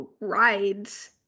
rides